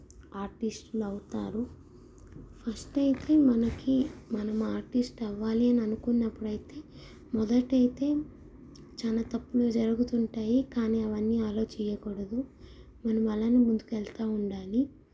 ఆర్టిస్టులు అవుతారు ఫస్ట్ అయితే మనకి మనం ఆర్టిస్ట్ అవ్వాలి అని అనుకున్నప్పుడు అయితే మొదటైతే చాలా తప్పులు జరుగుతుంటాయి కానీ అవన్నీ అలో చెయ్యకూడదు మనం అలానే ముందుకి వెళుతూ ఉండాలి